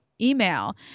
email